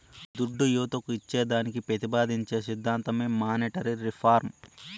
దుడ్డు యువతకు ఇచ్చేదానికి పెతిపాదించే సిద్ధాంతమే మానీటరీ రిఫార్మ్